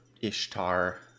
Ishtar